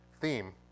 theme